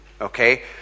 Okay